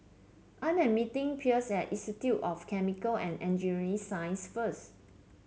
I am meeting Pierce at Institute of Chemical and Engineering Sciences first